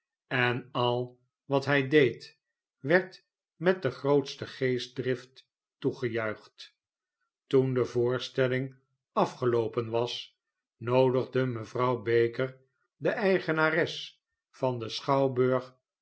en al wat hij deed werd met de grootste geestdrift toegejuicht toen de voorstelling afgeloopen was noodigde mevrouw baker de eigenares van den schouwburg